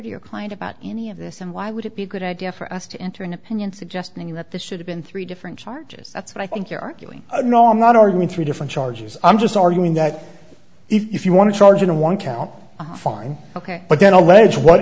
to your client about any of this and why would it be a good idea for us to enter an opinion suggesting that this should have been three different charges that's what i think you're arguing no i'm not arguing three different charges i'm just arguing that if you want to charge on one count fine ok but then allege what